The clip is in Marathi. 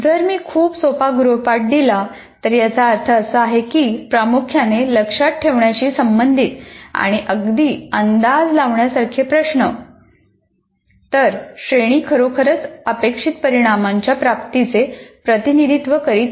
जर मी खूप सोपा गृहपाठ दिला तर याचा अर्थ असा की प्रामुख्याने लक्षात ठेवण्याशी संबंधित आणि अगदी अंदाज लावण्यासारखे प्रश्न तर श्रेणी खरोखरच अपेक्षित परिणामांच्या प्राप्तीचे प्रतिनिधित्व करीत नाही